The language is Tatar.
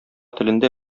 телендә